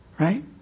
Right